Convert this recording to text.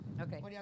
okay